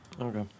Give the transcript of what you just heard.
Okay